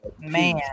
man